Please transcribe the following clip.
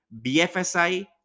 BFSI